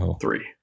Three